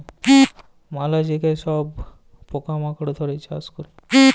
ম্যালা জায়গায় সব পকা মাকড় ধ্যরে চাষ ক্যরে